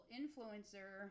influencer